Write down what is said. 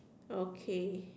okay